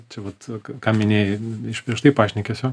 čia vat ką minėjai iš prieš tai pašnekesio